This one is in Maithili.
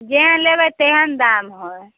जेहन लेबै तेहन दाम हइ